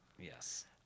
Yes